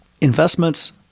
Investments